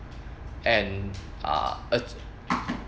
and uh